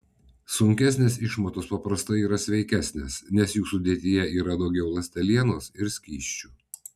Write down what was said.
sunkesnės išmatos paprastai yra sveikesnės nes jų sudėtyje yra daugiau ląstelienos ir skysčių